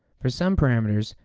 for some parameters,